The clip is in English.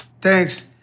Thanks